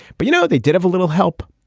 but you know they did have a little help.